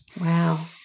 Wow